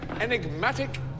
enigmatic